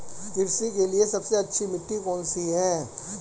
कृषि के लिए सबसे अच्छी मिट्टी कौन सी है?